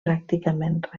pràcticament